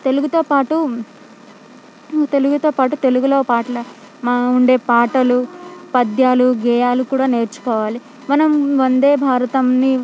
తెలుగుతోపాటు తెలుగుతోపాటు తెలుగులో పాటలు మా ఉండే పాటలు పద్యాలు గేయాలు కూడా నేర్చుకోవాలి మనం వందే భారతంని